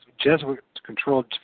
Jesuit-controlled